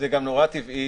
זה גם נורא טבעי